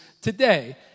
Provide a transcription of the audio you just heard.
today